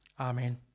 Amen